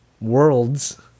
worlds